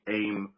aim